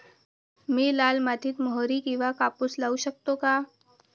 मी लाल मातीत मोहरी किंवा कापूस लावू शकतो का?